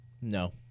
No